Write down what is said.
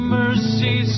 mercy